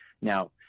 Now